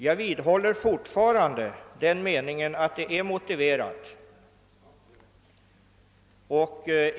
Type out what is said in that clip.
Jag vidhåller fortfarande den meningen, att det är motiverat.